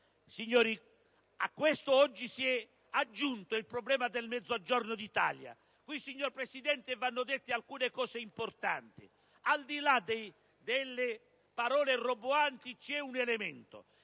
Signori, a questo oggi si è aggiunto il problema del Mezzogiorno d'Italia. Al riguardo, signor Presidente, vanno dette alcune cose importanti. Al di là delle parole roboanti c'è un elemento: